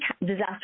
disaster